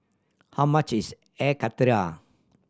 how much is Air Karthira